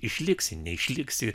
išliksi neišliksi